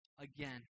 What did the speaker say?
again